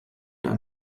ein